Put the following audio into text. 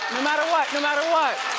matter what, no matter what!